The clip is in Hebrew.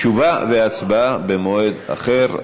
תשובה והצבעה במועד אחר.